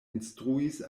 instruis